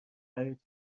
خرید